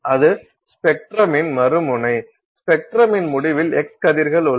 அது ஸ்பெக்ட்ரமின் மறு முனை ஸ்பெக்ட்ரமின் முடிவில் எக்ஸ் கதிர்கள் உள்ளன